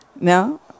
No